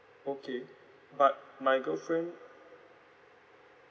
okay but my girlfriend